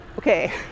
Okay